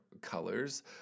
colors